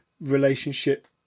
relationship